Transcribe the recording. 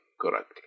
correctly